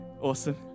awesome